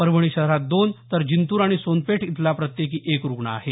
परभणी शहरात दोन तर जिंतूर आणि सोनपेठ इथला प्रत्येकी एक रुग्ण आहे